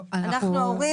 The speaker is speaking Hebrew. טוב, אנחנו צריכים להתקדם.